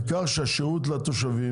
העיקר שיהיה השירות לתושבים.